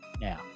now